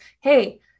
hey